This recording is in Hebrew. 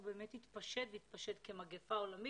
הוא באמת התפשט כמגיפה עולמית.